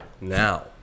Now